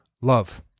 love